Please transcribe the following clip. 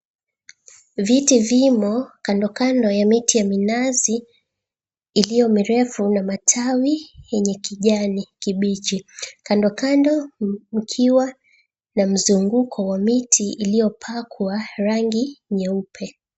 Viti vimo kandokando ya miti ya minazi iliyo mirefu na matawi yenye kijani kibichi. Kandokando kukiwa na mzunguko wa miti iliyopakwa rangi nyeupe.